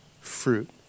fruit